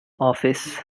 office